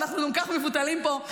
אנחנו גם כך מבוטלים פה.